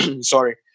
Sorry